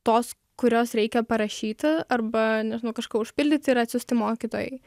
tos kurios reikia parašyti arba nežinau kažką užpildyti ir atsiųsti mokytojai